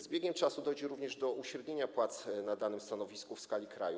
Z biegiem czasu dojdzie również do uśrednienia płac na danym stanowisku w skali kraju.